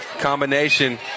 combination